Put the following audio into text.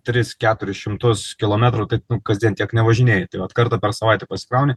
tris keturis šimtus kilometrų tai kasdien tiek nevažinėji tai vat kartą per savaitę pasikrauni